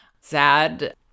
sad